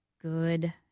Good